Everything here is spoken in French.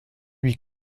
lui